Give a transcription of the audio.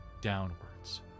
downwards